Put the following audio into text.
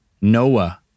Noah